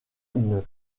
une